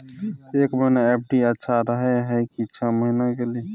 एक महीना एफ.डी अच्छा रहय हय की छः महीना के लिए?